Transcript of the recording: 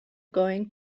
going